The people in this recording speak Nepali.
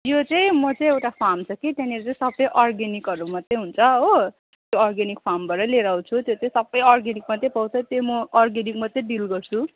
यो चाहिँ म चाहिँ एउटा फार्म छ कि त्यहाँनिर चाहिँ सबै अर्ग्यानिकहरू मात्रै हुन्छ हो त्यो अर्ग्यानिक फार्मबाटै लिएर आउँछु त्यो चाहिँ सबै अर्ग्यानिक मात्रै पाउँछ त्यो म अर्ग्यानिक मात्रै डिल गर्छु